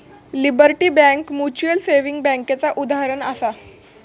liberty bank mutual saving बैंकेचा उदाहरणं आसा